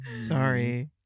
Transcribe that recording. Sorry